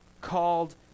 called